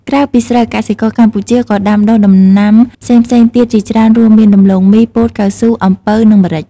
ក្រៅពីស្រូវ កសិករកម្ពុជាក៏ដាំដុះដំណាំផ្សេងៗទៀតជាច្រើន រួមមាន ដំឡូងមី ពោត កៅស៊ូ អំពៅ និងម្រេច។